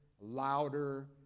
louder